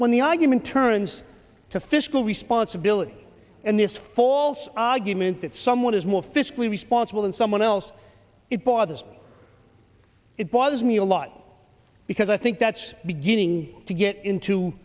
when the argument turns to fiscal responsibility and this false argument that someone is more fiscally responsible than someone else it bothers me it bothers me a lot because i think that's beginning to get into